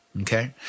okay